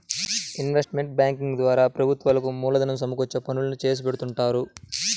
investment banking ద్వారా ప్రభుత్వాలకు మూలధనం సమకూర్చే పనులు చేసిపెడుతుంటారు